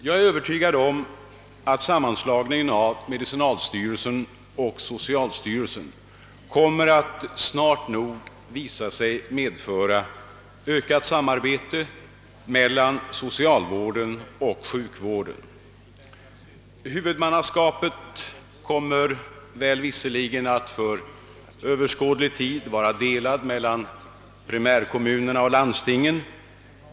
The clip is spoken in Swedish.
Jag är övertygad om att sammanslagningen av medicinaloch socialstyrelserna kommer att snart nog visa sig medföra ökat samarbete mellan socialvården och sjukvården. Huvudmannaskapet kommer visserligen sannolikt för mycket lång tid att vara delat mellan primärkommunerna och landstingen.